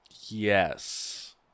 Yes